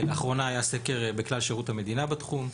לאחרונה היה סקר בכלל שירות המדינה בתחום.